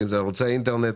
ערוצי אינטרנט,